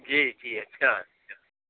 जी जी अच्छा अच्छा